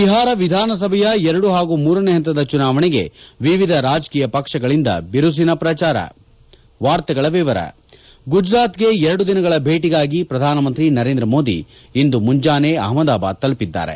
ಬಿಹಾರ ವಿಧಾನಸಭೆಯ ಎರಡು ಹಾಗೂ ಮೂರನೇ ಹಂತದ ಚುನಾವಣೆಗೆ ವಿವಿಧ ರಾಜಕೀಯ ಪಕ್ಷಗಳಿಂದ ಬಿರುಸಿನ ಪ್ರಚಾರ ಗುಜರಾತ್ಗೆ ಎರಡು ದಿನಗಳ ಭೇಟಿಗಾಗಿ ಪ್ರಧಾನ ಮಂತ್ರಿ ನರೇಂದ್ರ ಮೋದಿ ಇಂದು ಮುಂಜಾನೆ ಅಹ್ಮದಾಬಾದ್ ತಲುಪಿದ್ದಾರೆ